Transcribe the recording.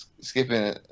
skipping